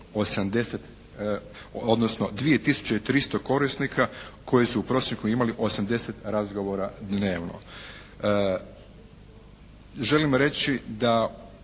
i 300 korisnika koji su u prosjeku imali 80 razgovora dnevno. Želim reći da